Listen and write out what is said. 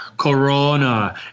Corona